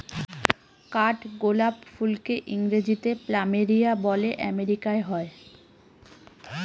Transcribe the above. কাঠগোলাপ ফুলকে ইংরেজিতে প্ল্যামেরিয়া বলে আমেরিকায় হয়